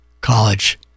College